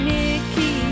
Nikki